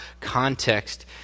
context